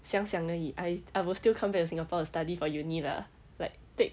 想想而已 I I will still come back to singapore to study for uni lah like take